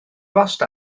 bost